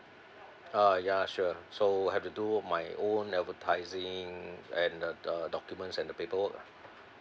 uh ya sure so have to do my own advertising and uh uh documents and the paperwork ah